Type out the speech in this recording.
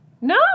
No